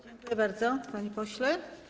Dziękuję bardzo, panie pośle.